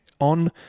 on